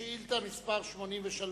שאילתא מס' 83,